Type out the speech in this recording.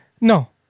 No